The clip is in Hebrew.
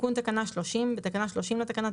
תיקון תקנה 30 9. בתקנה 30 לתקנות